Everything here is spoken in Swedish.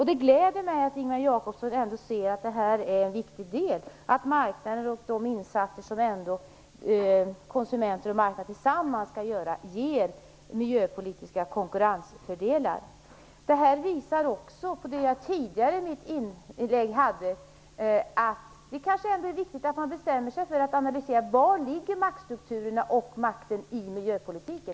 Det gläder mig att Ingemar Jakobsson ser att detta är en viktig del, att de insatser som konsumenter och marknaden tillsammans skall göra ger miljöpolitiska konkurrensfördelar. Det visar också på det som jag tidigare sade, att det är viktigt att man bestämmer sig för att analysera var maktstrukturerna och makten ligger i miljöpolitiken.